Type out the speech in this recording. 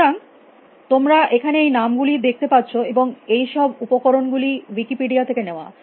সুতরাং তোমরা এখানে এই নাম গুলি দেখতে পারছ এবং এই সব উপকরণ গুলি উইকিপেডিয়া থেকে নেওয়া